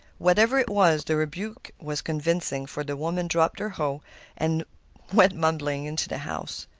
whatever it was, the rebuke was convincing, for the woman dropped her hoe and went mumbling into the house.